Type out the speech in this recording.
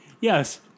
Yes